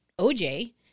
OJ